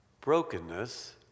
brokenness